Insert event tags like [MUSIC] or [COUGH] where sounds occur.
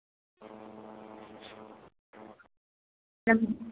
[UNINTELLIGIBLE]